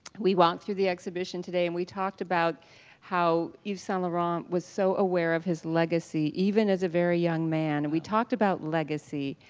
we walked through the exhibition today and we talked about how yves saint laurent was so aware of his legacy, even as a very young man and we talked about legacy.